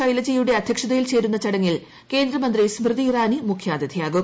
ശൈലജയുടെ അധ്യക്ഷതയിൽ ചേരുന്ന ചടങ്ങിൽ കേന്ദ്രമന്ത്രി സ്മൃതി ഇറാനി മുഖ്യാതിഥിയാകും